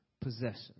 possession